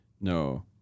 No